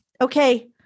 okay